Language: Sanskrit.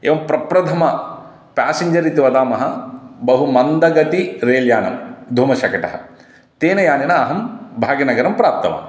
एवं प्रथमपासिंजर् इति वदामः बहु मन्दगतिरेल्यानं धूमशकटः तेन यानेन अहं भाग्यनगरं प्राप्तवान्